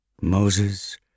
Moses